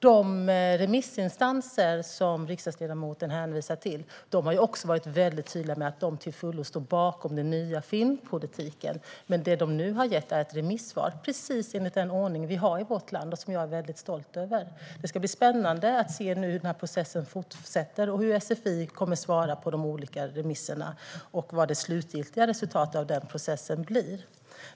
De remissinstanser som riksdagsledamoten hänvisar till har också varit väldigt tydliga med att de till fullo står bakom den nya filmpolitiken. Det de nu har gett är remissvar, precis enligt den ordning som vi har i vårt land och som jag är väldigt stolt över. Det ska bli spännande att se hur den här processen nu fortsätter, hur SFI kommer att svara på de olika remisserna och vad det slutgiltiga resultatet av processen blir.